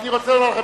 אני רוצה לומר לכם,